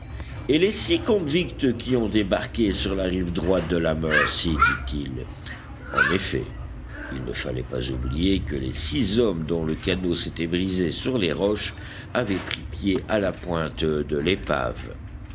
et les six convicts qui ont débarqué sur la rive droite de la mercy dit-il en effet il ne fallait pas oublier que les six hommes dont le canot s'était brisé sur les roches avaient pris pied à la pointe de l'épave